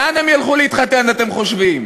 לאן הם ילכו להתחתן, אתם חושבים?